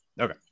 Okay